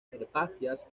herbáceas